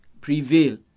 prevail